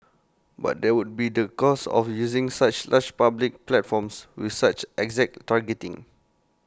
but there would be the cost of using such large public platforms with such exact targeting